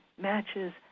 matches